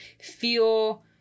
feel